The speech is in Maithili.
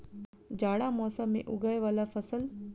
जाड़ा मौसम मे उगवय वला फसल?